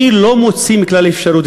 אני לא מוציא מכלל אפשרות,